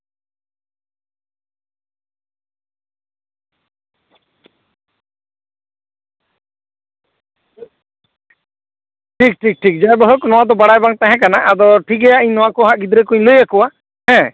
ᱴᱷᱤᱠ ᱴᱷᱤᱠ ᱴᱷᱤᱠ ᱡᱟᱭᱦᱳᱠ ᱱᱚᱣᱟ ᱫᱚ ᱵᱟᱲᱟᱭ ᱵᱟᱝ ᱛᱟᱦᱮᱸ ᱠᱟᱱᱟ ᱟᱫᱚ ᱴᱷᱤᱠᱜᱮᱭᱟ ᱱᱚᱣᱟ ᱠᱚ ᱦᱟᱸᱜ ᱜᱤᱫᱽᱨᱟᱹ ᱠᱩᱧ ᱞᱟᱹᱭᱟᱠᱚᱣᱟ ᱦᱮᱸ